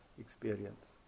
experience